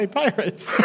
pirates